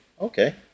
Okay